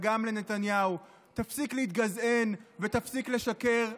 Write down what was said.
גם לנתניהו: תפסיק להתגזען ותפסיק לשקר.